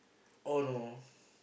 oh no